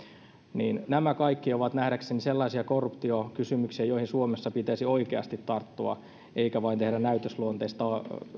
nämä kaikki ovat nähdäkseni sellaisia korruptiokysymyksiä joihin suomessa pitäisi oikeasti tarttua eikä vain tehdä näytösluonteista